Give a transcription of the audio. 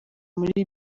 muri